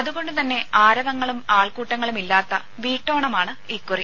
അതുകൊണ്ടുതന്നെ ആരവങ്ങളും ആൾക്കൂട്ടങ്ങളും ഇല്ലാത്ത വീട്ടോണമാണ് ഇക്കുറി